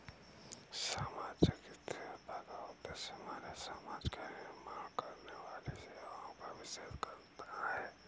सामाजिक स्थिरता का उद्देश्य हमारे समाज का निर्माण करने वाली सेवाओं का निवेश करना है